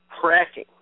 cracking